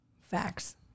Facts